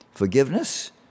Forgiveness